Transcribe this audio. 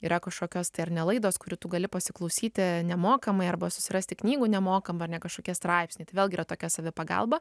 yra kažkokios tai ar ne laidos kurių tu gali pasiklausyti nemokamai arba susirasti knygų nemokamai ar ne kažkokie straipsniai tai vėlgi tokia savipagalba